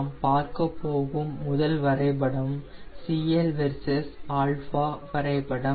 நாம் பார்க்கப்போகும் முதல் வரைபடம் CL வெர்சஸ் α வரைபடம்